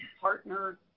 partner